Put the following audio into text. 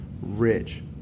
rich